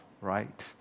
right